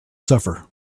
suffer